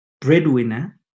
breadwinner